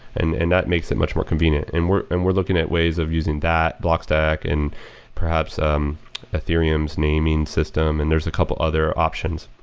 and and that makes it much more convenient and we're and we're looking at ways of using that blockstack and perhaps um ethereum's naming system and there's a couple other options.